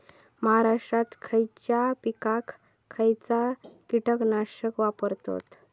महाराष्ट्रात खयच्या पिकाक खयचा कीटकनाशक वापरतत?